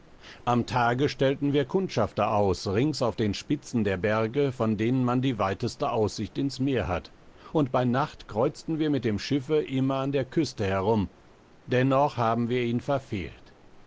am tage stellten wir kundschafter aus rings auf den spitzen der berge von denen man die weiteste aussicht ins meer hat und bei nacht kreuzten wir mit dem schiffe immer an der küste herum dennoch haben wir ihn verfehlt